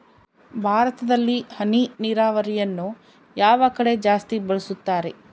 ಭಾರತದಲ್ಲಿ ಹನಿ ನೇರಾವರಿಯನ್ನು ಯಾವ ಕಡೆ ಜಾಸ್ತಿ ಬಳಸುತ್ತಾರೆ?